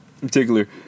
particular